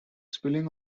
spelling